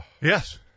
Yes